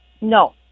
No